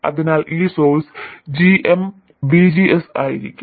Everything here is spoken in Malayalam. അതിനാൽ ഈ സോഴ്സ് g m VGS ആയിരിക്കും